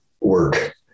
work